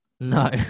No